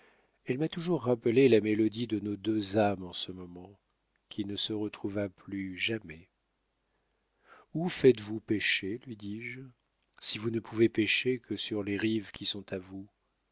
elle m'a toujours rappelé la mélodie de nos deux âmes en ce moment qui ne se retrouvera plus jamais où faites-vous pêcher lui dis-je si vous ne pouvez pêcher que sur les rives qui sont à vous